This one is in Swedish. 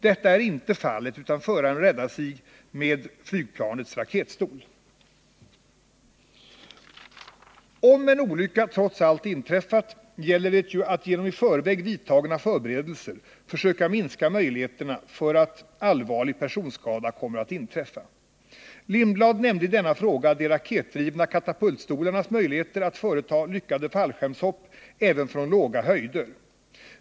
Detta är inte fallet, utan föraren räddade sig med hjälp av flygplanets raketstol. Om en olycka trots allt inträffat gäller det ju att genom i förväg vidtagna åtgärder försöka minska möjligheterna för att allvarlig personskada kommer att inträffa. Hans Lindblad nämnde i denna fråga möjligheterna att med hjälp av de raketdrivna katapultstolarna företa lyckade fallskärmshopp även från låga höjder.